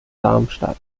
darmstadt